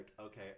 Okay